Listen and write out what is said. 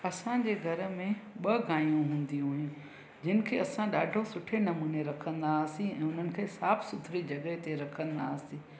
असांजे घर में ॿ गायूं हूंदियूं हुयूं जिन खे असां ॾाढो सुठे नमूने रखंदा हुआसीं ऐं उन्हनि खे साफ़ु सुथरी जॻहि ते रखंदा हुआसीं